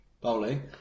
bowling